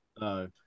No